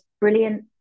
brilliant